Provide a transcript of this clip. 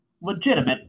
legitimate